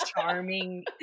charming